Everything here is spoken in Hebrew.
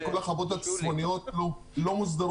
שכל החוות הצפוניות לא מוסדרות,